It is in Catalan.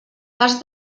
cas